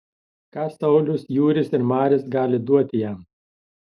ką saulius jūris ir maris gali duoti jam